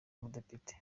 umudepite